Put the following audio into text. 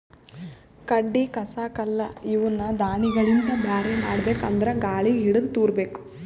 ಕಡ್ಡಿ ಕಸ ಕಲ್ಲ್ ಇವನ್ನ ದಾಣಿಗಳಿಂದ ಬ್ಯಾರೆ ಮಾಡ್ಬೇಕ್ ಅಂದ್ರ ಗಾಳಿಗ್ ಹಿಡದು ತೂರಬೇಕು